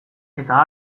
eta